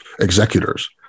executors